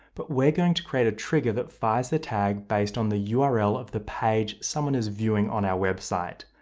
but we're going to create a trigger that fires the tag based on the ah url of the page someone is viewing on our website.